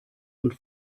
und